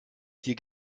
hier